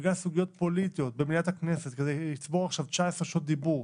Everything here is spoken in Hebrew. בגלל סוגיות פוליטיות במליאת הכנסת כדי לצבור עכשיו 19 שעות דיבור,